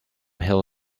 hill